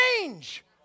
change